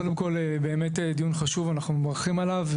באמת דיון חשוב, אנחנו מברכים עליו,